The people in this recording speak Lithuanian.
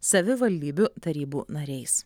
savivaldybių tarybų nariais